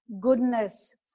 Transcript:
goodness